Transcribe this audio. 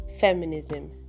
feminism